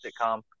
sitcom